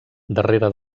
darrere